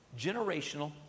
Generational